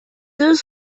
deux